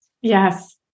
Yes